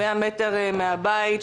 100 מטר מן הבית,